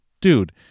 dude